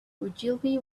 ogilvy